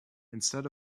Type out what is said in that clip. instead